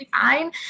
fine